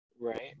right